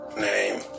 Name